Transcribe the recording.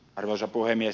arvoisa puhemies